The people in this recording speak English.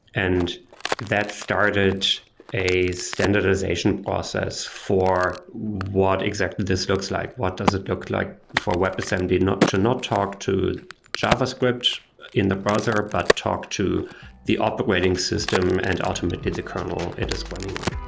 and that started a standardization process for what exactly this looks like. what does it look like for webassembly to not talk to javascript in the browser, but talk to the operating system and ultimately the kernel it is running on?